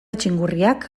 txingurriak